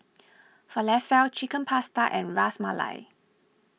Falafel Chicken Pasta and Ras Malai